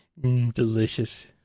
delicious